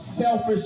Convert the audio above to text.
selfish